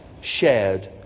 shared